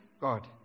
God